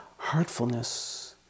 heartfulness